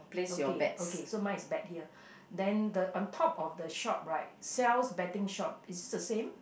okay okay so mine is bet here then the on top of the shop right Sal's betting shop is it the same